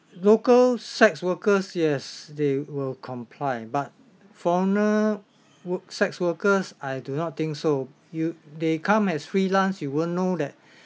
local sex workers yes they will comply but foreigner work sex workers I do not think so you they come as freelance you won't know that